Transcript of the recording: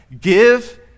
Give